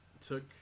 took